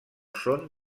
són